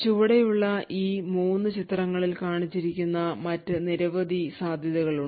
ചുവടെയുള്ള ഈ 3 ചിത്രങ്ങളിൽ കാണിച്ചിരിക്കുന്ന മറ്റ് നിരവധി സാധ്യതകളുണ്ട്